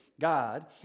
God